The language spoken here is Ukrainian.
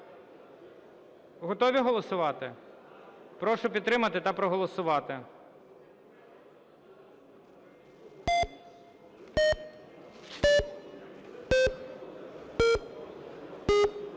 Готові голосувати? Прошу підтримати та проголосувати.